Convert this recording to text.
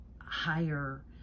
higher